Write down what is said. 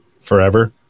Forever